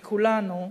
מכולנו,